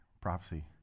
prophecy